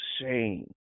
shame